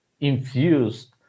infused